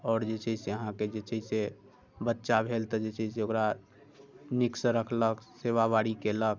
आओर जे छै से अहाँकेँ जे छै से बच्चा भेल तऽ जे छै से ओकरा नीकसँ रखलक सेवाबारी कयलक